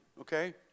okay